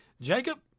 Jacob